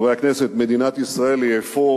חברי הכנסת, מדינת ישראל היא אפוא